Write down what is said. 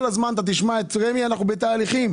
כל הזמן תשמע את רמ"י אומרים שהם בתהליכים.